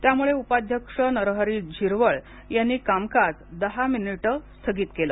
त्यामुळे उपाध्यक्ष नरहरी झिरवळ यांनी कामकाज दहा मिनिटं स्थगित केलं